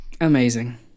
Amazing